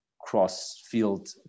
cross-field